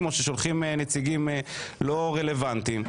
לדיונים מסוימים או שולחים נציגים לא רלוונטיים,